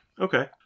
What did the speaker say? okay